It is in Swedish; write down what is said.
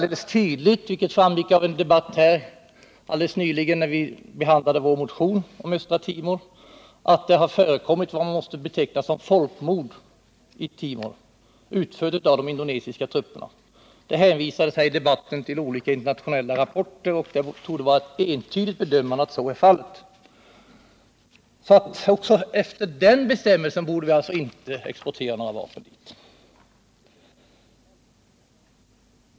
Det framgick tydligt alldeles nyligen när man behandlade vår motion om Östra Timor att det har förekommit vad som måste betecknas som folkmord i Östra Timor, utfört av de indonesiska trupperna. Det hänvisas i debatten till olika internationella rapporter, och det torde vara ett entydigt bedömande att det förhåller sig på det här sättet. Inte heller efter den nyssnämnda bestämmelsen borde vi alltså exportera några vapen dit.